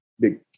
big